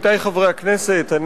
אני